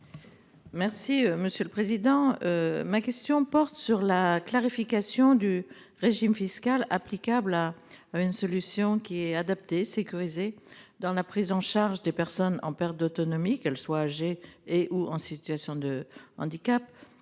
et numérique. Ma question porte sur la clarification du régime fiscal applicable à la solution adaptée et sécurisée de prise en charge des personnes en perte d'autonomie, qu'elles soient âgées et/ou en situation de handicap,